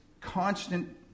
constant